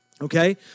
Okay